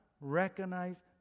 recognize